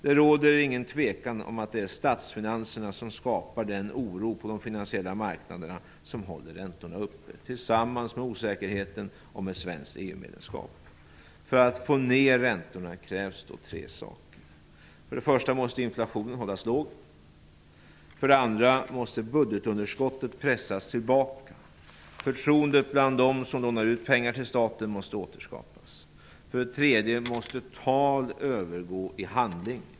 Det råder ingen tvekan om att det är statsfinanserna som skapar den oro på de finansiella marknaderna som håller räntorna uppe, tillsammans med osäkerheten om ett svenskt EU-medlemskap. För att få ned räntorna krävs då tre saker: För det första måste inflationen hållas låg. För det andra måste budgetunderskottet pressas tillbaka. Förtroendet bland dem som lånar ut pengar till staten måste återskapas. För det tredje måste tal övergå i handling.